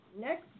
Next